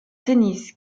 tennis